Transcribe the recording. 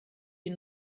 die